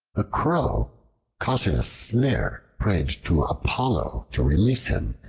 a crow caught in a snare prayed to apollo to release him,